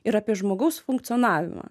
ir apie žmogaus funkcionavimą